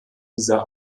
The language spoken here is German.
dieser